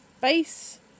base